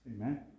Amen